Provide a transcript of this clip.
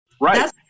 right